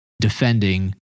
defending